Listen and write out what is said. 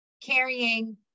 carrying